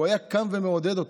הוא היה קם ומעודד אותו,